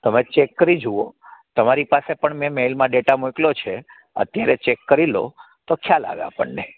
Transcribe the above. વ ચેક કરી જુઓ તમારી પાસે પણ મેલમાં ડેટ મોકલ્યો છે અત્યારે ચેક કરી લો ખ્યાલ આવે આપણને